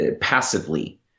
passively